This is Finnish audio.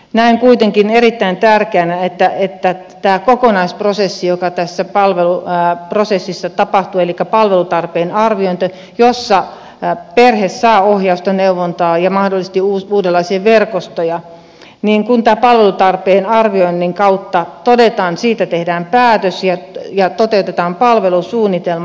pidän kuitenkin erittäin tärkeänä että kun tässä kokonaisprosessissa joka tässä palveluprosessissa tapahtuu elikkä palvelutarpeen arviointi jossa perhe saa ohjausta neuvontaa ja mahdollisesti uudenlaisia verkostoja tämä palvelutarve arvioinnin kautta todetaan siitä tehdään päätös ja toteutetaan palvelusuunnitelma